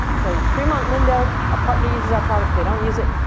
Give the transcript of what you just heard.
so three month window, our party uses our product, they don't use it,